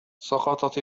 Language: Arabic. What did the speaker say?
سقطت